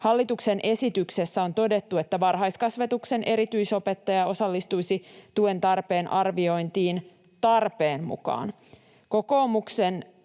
Hallituksen esityksessä on todettu, että varhaiskasvatuksen erityisopettaja osallistuisi tuen tarpeen arviointiin tarpeen mukaan. Kokoomuksen